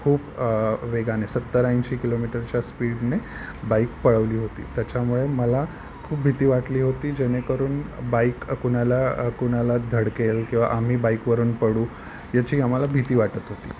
खूप वेगाने सत्तर ऐंशी किलोमीटरच्या स्पीडने बाईक पळवली होती त्याच्यामुळे मला खूप भीती वाटली होती जेणेकरून बाईक कुणाला कुणाला धडकेल किंवा आम्ही बाईकवरून पडू याची आम्हाला भीती वाटत होती